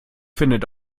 findet